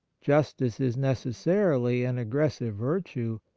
justice is necessarily an aggressive virtue,